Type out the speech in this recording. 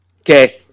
okay